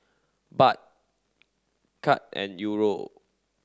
Baht Kyat and Euro